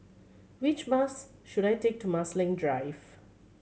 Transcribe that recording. which bus should I take to Marsiling Drive